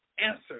Answer